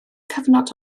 cyfnod